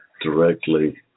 directly